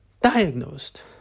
diagnosed